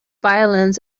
violins